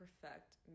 perfect